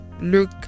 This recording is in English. look